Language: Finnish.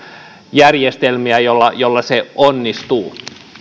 järjestelmiä joilla joilla se onnistuu